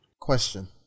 Question